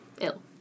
ill